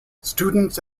students